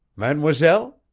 mademoiselle?